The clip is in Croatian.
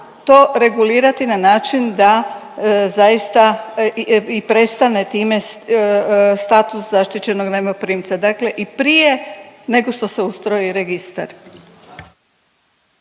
to regulirati na način da zaista i prestane time status zaštićenog najmoprimca. Dakle i prije nego što se ustroji registar.